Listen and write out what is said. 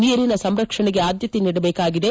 ನೀರಿನ ಸಂರಕ್ಷಣೆಗೆ ಆದ್ದತೆ ನೀಡಬೇಕಾಗಿದೆ